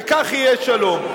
וכך יהיה שלום.